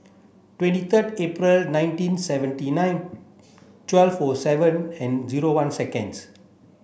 twenty third April nineteen seventy nine twelve for seven and zero one seconds